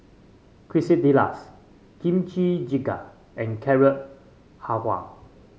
Quesadillas Kimchi Jjigae and Carrot Halwa